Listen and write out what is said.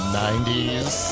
90s